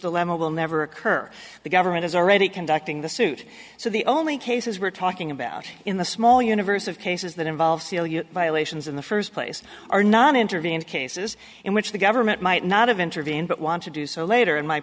dilemma will never occur the government is already conducting the suit so the only cases we're talking about in the small universe of cases that involve violations in the first place are not intervened cases in which the government might not of intervene but want to do so later in my